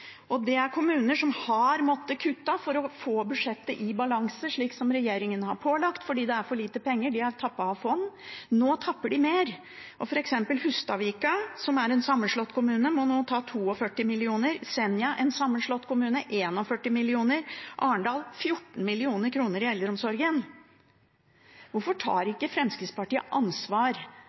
liste. Det er kommuner som har måttet kutte for å få budsjettet i balanse, slik regjeringen har pålagt, fordi det er for lite penger. De har tappet av fond. Nå tapper de mer. For eksempel må Hustadvika, som er en sammenslått kommune, nå ta 42 mill. kr. Senja, en sammenslått kommune, må ta 41 mill. kr og Arendal 14 mill. kr i eldreomsorgen. Hvorfor tar ikke Fremskrittspartiet ansvar,